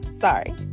sorry